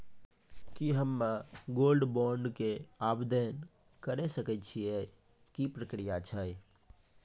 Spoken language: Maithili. की हम्मय गोल्ड बॉन्ड के आवदेन करे सकय छियै, की प्रक्रिया छै?